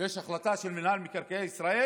יש החלטה של מינהל מקרקעי ישראל